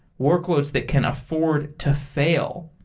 workloads that can afford to fail.